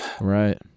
Right